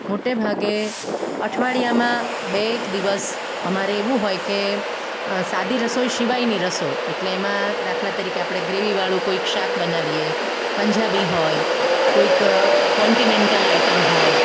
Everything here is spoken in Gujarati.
મોટેભાગે અઠવાડિયામાં બે એક દિવસ અમારે એવું હોય કે સાદી રસોઈ સિવાયની રસોઈ એટલે એમાં દાખલા તરીકે આપણે ગ્રેવીવાળું કોઈક શાક બનાવીએ પંજાબી હોય કોઈક કોન્ટીનેન્ટલ આઈટમ હોય